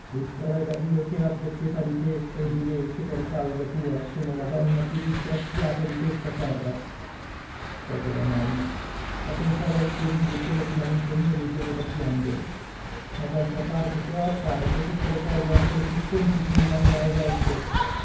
e prega dio che abbia pietà di te e di me che per causa tua sono la donna più disgraziata di questa terra povera mamma a pensare al suo viso pieno di malinconia mi viene da piangere ma d'altra parte che ho a fare se tutte le cose anche le più semplici mi vanno a rovescio